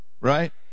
right